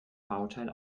bauteil